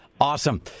Awesome